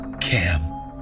cam